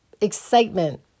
excitement